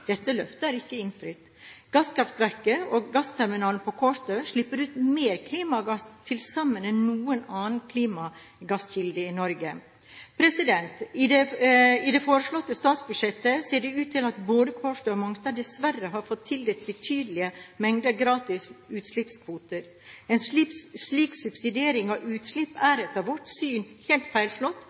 Dette løftet er ikke innfridd. Gasskraftverket og gassterminalen på Kårstø slipper ut mer klimagass til sammen enn noen annen klimagasskilde i Norge. I det foreslåtte statsbudsjettet ser det ut til at både Kårstø og Mongstad dessverre har fått tildelt betydelige mengder gratis utslippskvoter. En slik subsidiering av utslipp er etter vårt syn helt feilslått